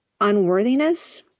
unworthiness